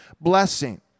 blessing